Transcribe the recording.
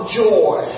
joy